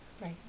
right